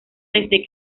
desde